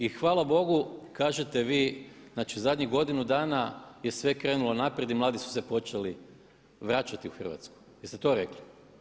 I hvala Bogu kažete vi, znači zadnjih godinu dana je sve krenulo naprijed i mladi su se počeli vraćati u Hrvatsku jeste li to rekli?